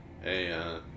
Hey